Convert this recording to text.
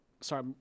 Sorry